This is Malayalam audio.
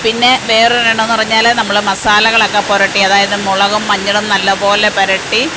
പിന്നെ വേറൊരെണ്ണമെന്ന് പറഞ്ഞാല് നമ്മള് മസാലകളൊക്കെ പുരട്ടി അതായത് മുളകും മഞ്ഞളും നല്ലപോലെ പുരട്ടി